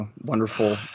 wonderful –